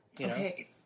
Okay